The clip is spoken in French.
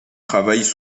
travaillent